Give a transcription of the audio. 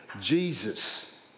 Jesus